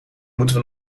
moeten